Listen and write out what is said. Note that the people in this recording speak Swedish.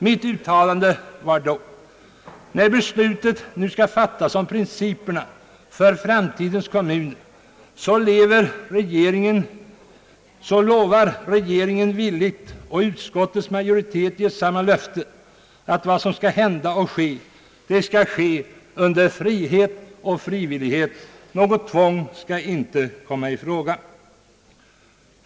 Mitt uttalande var då: »När beslutet nu skall fattas om principerna för framtidens kommuner, så lovar regeringen villigt, och utskottets majoritet ger samma löfte, att vad som skall hända och ske, det skall ske under frihet och frivillighet; något tvång skall inte komma i fråga.